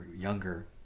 younger